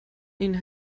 ihnen